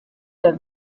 der